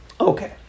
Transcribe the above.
Okay